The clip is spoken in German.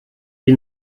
die